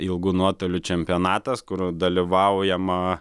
ilgų nuotolių čempionatas kur dalyvaujama